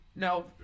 Now